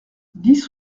dix